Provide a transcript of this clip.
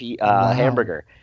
hamburger